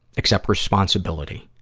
accept responsibility